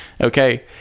Okay